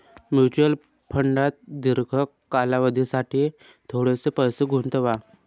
mutual फंडात दीर्घ कालावधीसाठी थोडेसे पैसे गुंतवा